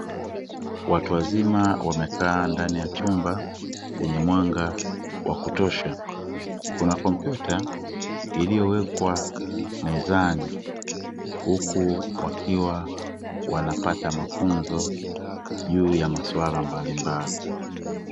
Watu wazima wamekaa ndani ya chumba chenye mwanga wa kutosha kuna kompyuta iliyowekwa mezani huku wakiwa wanapata mafunzo juu ya masuala mbalimbali.